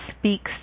speaks